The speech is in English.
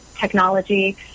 technology